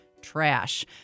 trash